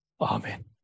Amen